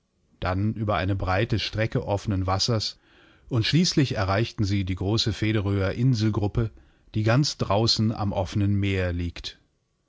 dann über eine breite strecke offenen wassers und schließlich erreichten sie die große väderöer inselgruppe die ganz draußen amoffenenmeerliegt